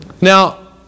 Now